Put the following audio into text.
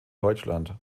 deutschland